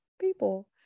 people